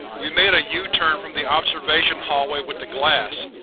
we made a yeah u-turn from the observation hallway with the glass,